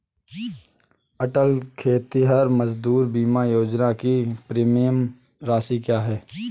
अटल खेतिहर मजदूर बीमा योजना की प्रीमियम राशि क्या है?